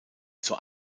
zur